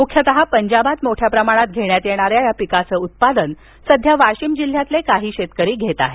मृख्यतः पंजाबात मोठ्या प्रमाणात घेण्यात येणाऱ्या या पिकाचं उत्पादन सध्या वाशिम जिल्ह्यातले काही शेतकरी घेत आहेत